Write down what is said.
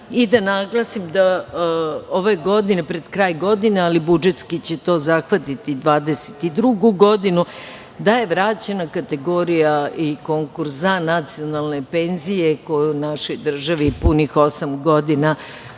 da naglasim da ove godine, pred kraj godine, ali budžetski će to zahvatiti 2022. godinu da je vraćena kategorija i konkurs za nacionalne penzije koje našoj državi punih osam godina